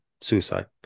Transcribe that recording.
suicide